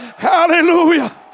Hallelujah